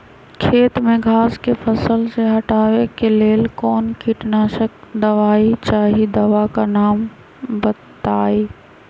खेत में घास के फसल से हटावे के लेल कौन किटनाशक दवाई चाहि दवा का नाम बताआई?